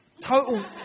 Total